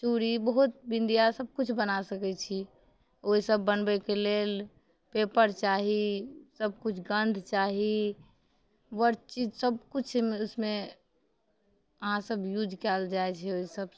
चूड़ी बहुत बिन्दिया सबकिछु बना सकैत छी ओहि सब बनबैके लेल पेपर चाही सबकिछु गंध चाही बड़ चीज सब किछु उसमे अहाँ सब यूज कयल जाइ छै ओहिसब